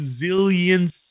resilience